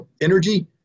energy